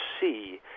see